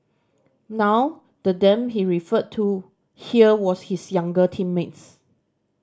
now the them he referred to here was his younger teammates